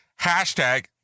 hashtag